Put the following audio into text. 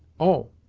oh!